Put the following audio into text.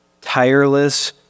tireless